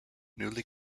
newly